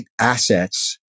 assets